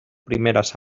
primeres